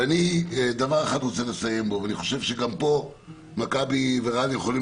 יש נושא אחד שאני חושב שגם כאן מכבי ורן יכולים